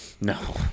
No